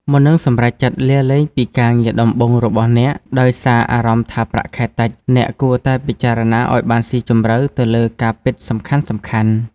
មុននឹងសម្រេចចិត្តលាលែងពីការងារដំបូងរបស់អ្នក ដោយសារអារម្មណ៍ថាប្រាក់ខែតិច អ្នកគួរតែពិចារណាឲ្យបានស៊ីជម្រៅទៅលើការពិតសំខាន់ៗ។